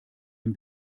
dem